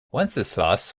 wenceslaus